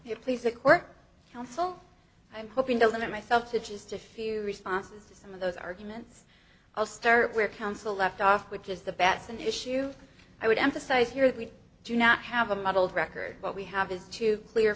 it please the court counsel i'm hoping to limit myself to just a few responses to some of those arguments i'll start where counsel left off which is the best and issue i would emphasize here that we do not have a muddled record what we have is to clear